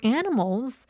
animals